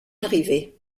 arriver